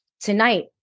tonight